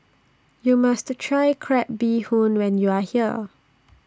YOU must Try Crab Bee Hoon when YOU Are here